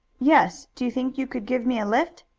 yes. do you think you could give me a lift?